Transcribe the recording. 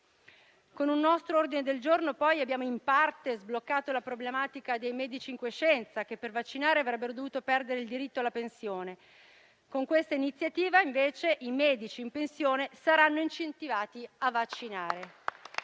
Con un nostro ordine del giorno abbiamo poi in parte sbloccato la problematica dei medici in quiescenza che, per vaccinare, avrebbero dovuto perdere il diritto alla pensione. Con questa iniziativa invece i medici in pensione saranno incentivati a vaccinare